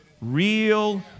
real